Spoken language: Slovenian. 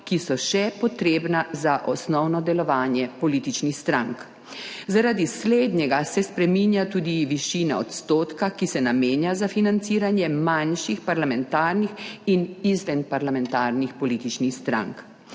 ki so še potrebna za osnovno delovanje političnih strank. **4. TRAK: (SC) – 10.55** (nadaljevanje) Zaradi slednjega se spreminja tudi višina odstotka, ki se namenja za financiranje manjših parlamentarnih in izven parlamentarnih političnih strank.